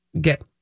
get